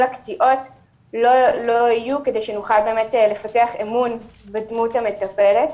תהיינה הקטיעות ונוכל לפתח אמון בדמות המטפלת.